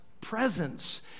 presence